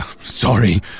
Sorry